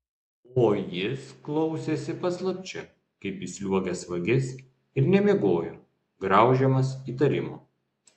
o jis klausėsi paslapčia kaip įsliuogęs vagis ir nemiegojo graužiamas įtarimų